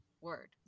word